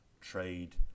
trade